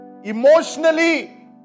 Emotionally